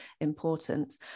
important